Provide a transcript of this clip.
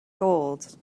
gold